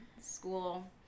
school